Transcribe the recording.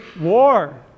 war